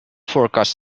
forecast